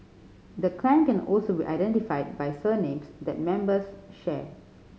the clan can also be identified by surnames that members share